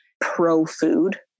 pro-food